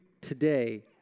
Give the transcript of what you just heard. today